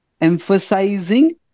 emphasizing